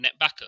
NetBackup